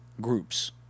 groups